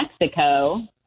Mexico